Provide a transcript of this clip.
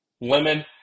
lemon